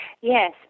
Yes